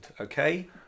Okay